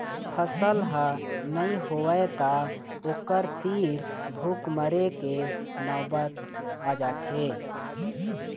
फसल ह नइ होवय त ओखर तीर भूख मरे के नउबत आ जाथे